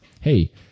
Hey